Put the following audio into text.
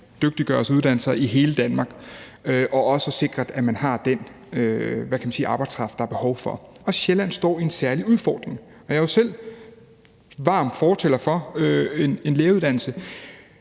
dygtiggøre sig og uddanne sig i hele Danmark, og også at sikre, at man har den, hvad kan man sige, arbejdskraft, der er behov for. Og Sjælland står i en særlig udfordring. Jeg er jo selv varm fortaler for en lægeuddannelse